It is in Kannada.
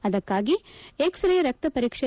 ಅದಕ್ಕಾಗಿ ಎಕ್ಸರೇ ರಕ್ತಪರೀಕ್ಷೆ